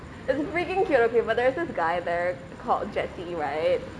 it's freaking cute okay but there's this guy there called jessie right